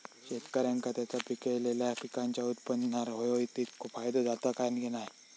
शेतकऱ्यांका त्यांचा पिकयलेल्या पीकांच्या उत्पन्नार होयो तितको फायदो जाता काय की नाय?